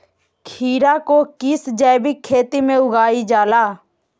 खीरा को किस जैविक खेती में उगाई जाला?